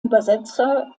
übersetzer